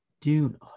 Dune